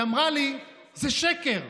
היא אמרה לי: זה שקר.